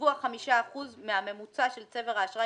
יחושבו ה-5% מהממוצע של צבר האשראי